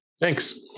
Thanks